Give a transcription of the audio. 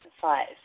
Five